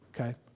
Okay